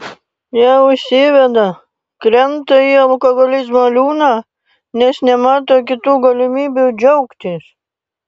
jie užsiveda krenta į alkoholizmo liūną nes nemato kitų galimybių džiaugtis